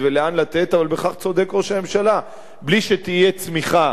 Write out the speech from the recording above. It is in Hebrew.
אבל בכך צודק ראש הממשלה: בלי שתהיה צמיחה ובלי